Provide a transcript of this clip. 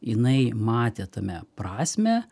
jinai matė tame prasmę